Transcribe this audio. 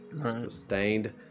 sustained